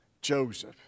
Joseph